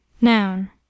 noun